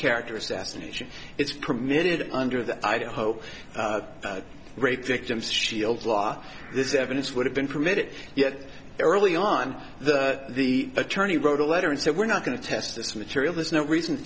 character assassination it's permitted under the idaho rape victims shield law this evidence would have been permitted yet early on the attorney wrote a letter and said we're not going to test this material there's no reason